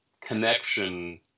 connection